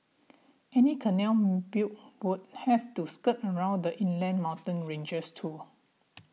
any canal built would have to skirt around the inland mountain ranges too